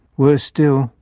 worse still,